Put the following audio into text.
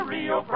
Rio